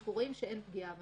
אנחנו רואים שאין פגיעה בהם.